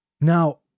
Now